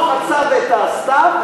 זה כמו החצב לסתיו,